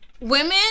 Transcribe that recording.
women